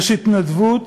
יש התנדבות,